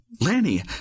Lanny